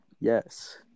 Yes